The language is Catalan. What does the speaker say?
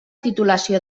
titulació